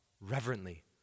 reverently